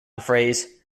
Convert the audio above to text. phrase